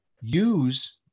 use